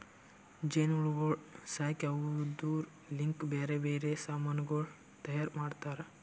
ಜೇನು ಹುಳಗೊಳ್ ಸಾಕಿ ಅವುದುರ್ ಲಿಂತ್ ಬ್ಯಾರೆ ಬ್ಯಾರೆ ಸಮಾನಗೊಳ್ ತೈಯಾರ್ ಮಾಡ್ತಾರ